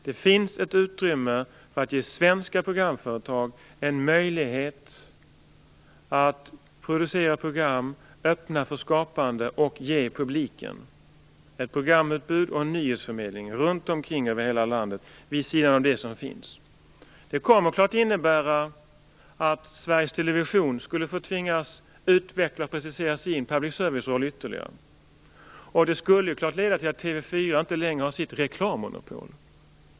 Det finns ett utrymme för att ge svenska programföretag en möjlighet att producera program, öppna för skapande och ge publiken ett programutbud och en nyhetsförmedling runt om i landet vid sidan av det som finns. Det kommer helt klart att innebära att Sveriges Television tvingas utveckla och precisera sin public service-roll ytterligare. Det skulle också helt klart leda till att TV 4 inte längre hade sitt reklammonopol.